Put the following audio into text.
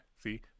See